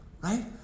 right